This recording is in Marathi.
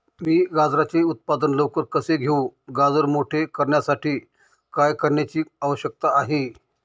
मी गाजराचे उत्पादन लवकर कसे घेऊ? गाजर मोठे करण्यासाठी काय करण्याची आवश्यकता आहे?